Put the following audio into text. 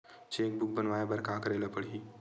Cheque book बनवाय बर का करे ल पड़हि?